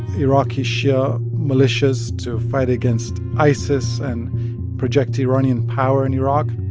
iraqi shia militias to fight against isis and project iranian power in iraq